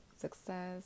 success